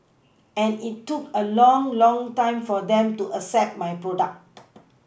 and it look a long long time for them to accept my product